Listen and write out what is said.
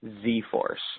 Z-Force